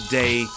day